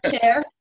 chair